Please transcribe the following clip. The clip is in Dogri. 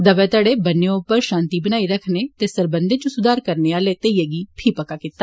दवै घड़ें बन्ने उप्पर शांति बनाई रखने ते सरबंधें च सुधार करने आले घैइयै गी फी पक्का कीता